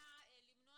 סעיף (1) קובע כדי למנוע